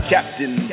Captain